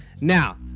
Now